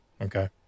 Okay